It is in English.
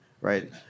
right